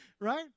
Right